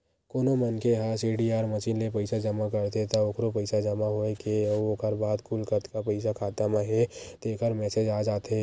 कोनो मनखे ह सीडीआर मसीन ले पइसा जमा करथे त ओखरो पइसा जमा होए के अउ ओखर बाद कुल कतका पइसा खाता म हे तेखर मेसेज आ जाथे